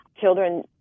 Children